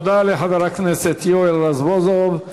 תודה לחבר הכנסת יואל רזבוזוב.